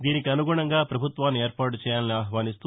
దీనికి అసుగుణంగా అనంతరం ప్రభుత్వాన్ని ఏర్పాటు చేయాలని ఆహ్వానిస్తూ